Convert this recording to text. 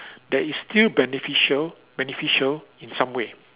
that is still beneficial beneficial in some way